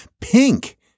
Pink